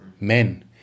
men